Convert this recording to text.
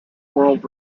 world